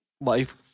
life